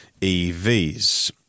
EVs